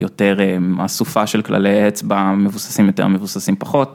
‫יותר אסופה של כללי האצבע, ‫מבוססים יותר, מבוססים פחות.